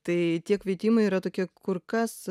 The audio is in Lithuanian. tai tie kvietimai yra tokie kur kas